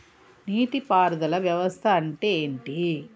నీటి పారుదల వ్యవస్థ అంటే ఏంటి?